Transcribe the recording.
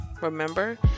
remember